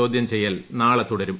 ചോദൃം ചെയ്യൽ നാളെ തുടരും